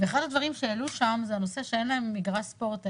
אחד הדברים שהעלו שם זה הנושא שאין להם מגרש ספורט,